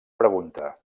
pregunta